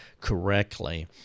correctly